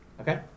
Okay